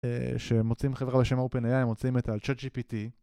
שהם מוצאים חברה בשם OpenAI, הם מוצאים את ה-GPT